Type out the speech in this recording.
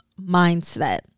mindset